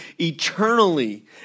eternally